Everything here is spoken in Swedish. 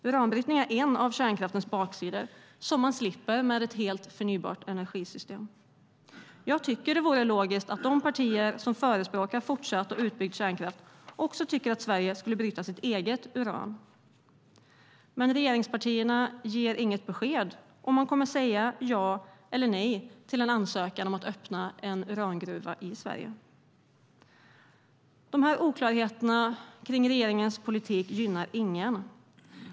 Uranbrytning är en av kärnkraftens baksidor som man slipper med ett helt förnybart energisystem. Jag tycker att det vore logiskt att de partier som förespråkar fortsatt och utbyggd kärnkraft också skulle tycka att Sverige skulle bryta sitt eget uran. Men regeringspartierna ger inget besked om man kommer att säga ja eller nej till en ansökan om att öppna en urangruva i Sverige. Dessa oklarheter om regeringens politik gynnar ingen.